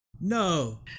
No